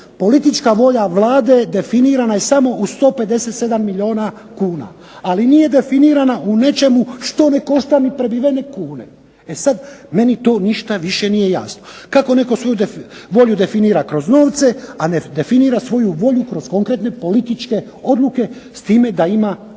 Politička volja Vlade definirana je samo u 157 milijuna kuna, ali nije definirana u nečemu što ne košta ni prebijene kune. E sad, meni to ništa više nije jasno. Kako netko svoju volju definira kroz novce, a ne definira svoju volju kroz konkretne političke odluke s time da ima